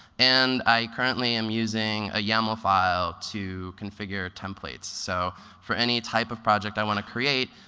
and i currently am using a yaml file to configure templates. so for any type of project i want to create,